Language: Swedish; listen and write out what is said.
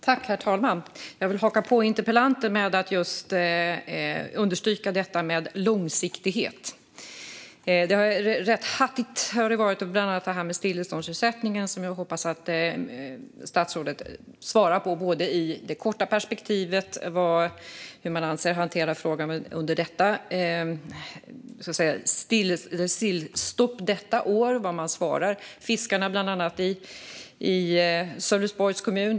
Herr talman! Jag vill haka på interpellanten och understryka detta med långsiktighet. Det har varit rätt hattigt, bland annat när det gäller stilleståndsersättningen. Jag hoppas att statsrådet svarar på hur man i det korta perspektivet avser att hantera frågan under sillstoppet detta år och vad man svarar fiskarna i bland annat Sölvesborgs kommun.